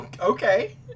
Okay